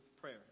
prayer